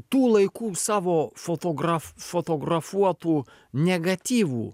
tų laikų savo fotograf fotografuotų negatyvų